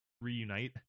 reunite